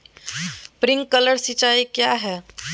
Sprinkler सिंचाई क्या है?